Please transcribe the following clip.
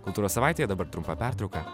kultūros savaitėje dabar trumpa pertrauka